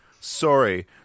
Sorry